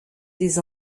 des